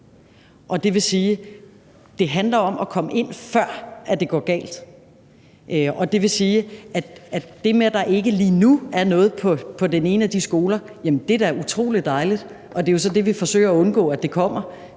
det handler om at gribe ind, før det går galt. Det, at der ikke lige nu er nogen smitte på den ene af de skoler, er da utrolig dejligt, og det, vi forsøger at undgå, er jo, at der kommer